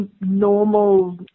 normal